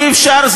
אי-אפשר.